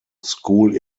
school